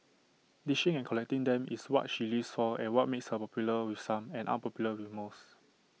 dishing and collecting them is what she lives saw and what makes her popular with some and unpopular with most